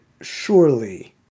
surely